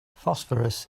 phosphorus